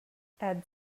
add